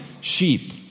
sheep